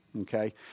okay